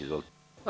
Izvolite.